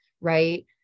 Right